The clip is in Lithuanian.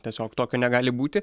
tiesiog tokio negali būti